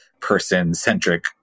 person-centric